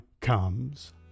comes